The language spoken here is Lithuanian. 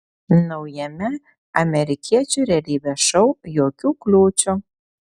naujame amerikiečių realybės šou jokių kliūčių